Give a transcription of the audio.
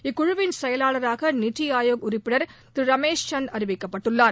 இக்குழுவின் செயலாளராக நிதி உறுப்பினர் ஆயோக் ரமேஷ் சந்த் அறிவிக்கப்பட்டுள்ளார்